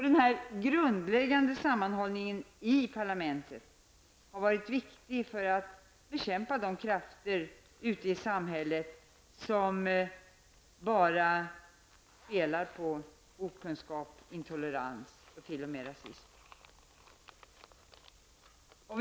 Den grundläggande sammanhållningen i parlamentet har varit viktig för att kämpa de krafter ute i samhället som bara vilar på okunnighet, intolerans och t.o.m. rasism.